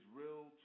real